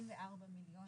שישים וארבע מיליון.